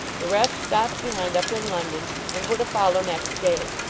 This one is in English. the rest stopped behind up in london, and were to follow next day.